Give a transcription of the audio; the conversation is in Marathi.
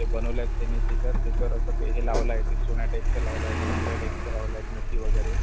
त्या बनवल्या आहेत त्यांनी तिथं त्याच्यावर असं ते हे लावलं आहे ते चुन्या टाईपचं लावलं आहे काही हिऱ्या टाईपचं लावलं आहेत मोती वगैरे